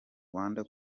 rwanda